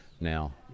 now